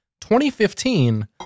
2015